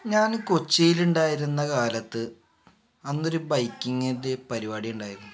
ഞാൻ കൊച്ചിയിൽ ഉണ്ടായിരുന്ന കാലത്ത് അന്നൊരു ബൈക്കിങ്ങ് പരിപാടി ഉണ്ടായിരുന്നു